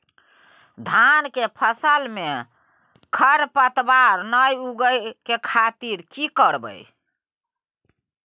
धान के फसल में खरपतवार नय उगय के खातिर की करियै?